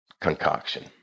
concoction